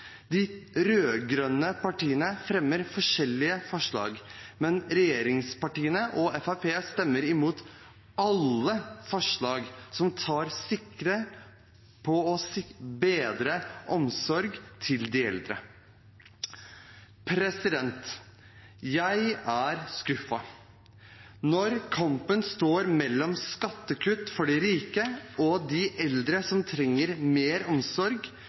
De rød-grønne partiene fremmer forskjellige forslag, men regjeringspartiene og Fremskrittspartiet stemmer imot alle forslag som tar sikte på å bedre omsorgen til de eldre. Jeg er skuffet. Når kampen står mellom skattekutt for de rike og eldre som trenger mer omsorg,